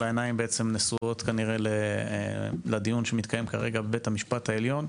כל העיניים כנראה נשואות לדיון שמתקיים כרגע בבית המשפט העליון.